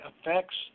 affects